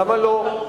למה לא?